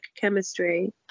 chemistry